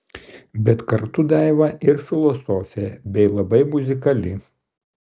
bet kartu daiva ir filosofė bei labai muzikali